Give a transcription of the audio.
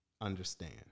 understand